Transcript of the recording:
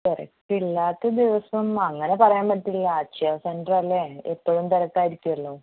തിരക്കില്ലാത്ത ദിവസം അങ്ങനെ പറയാൻ പറ്റില്ല അക്ഷയ സെൻ്ററല്ലേ എപ്പോഴും തിരക്കായിരിക്കുവല്ലോ